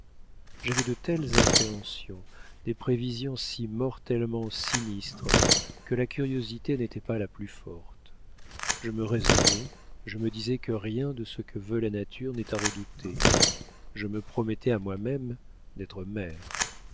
j'avais de telles appréhensions des prévisions si mortellement sinistres que la curiosité n'était pas la plus forte je me raisonnais je me disais que rien de ce que veut la nature n'est à redouter je me promettais à moi-même d'être